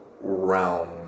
realm